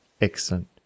Excellent